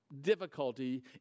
difficulty